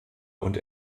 und